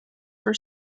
for